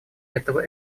этого